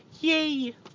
Yay